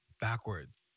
backwards